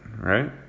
right